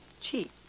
cheap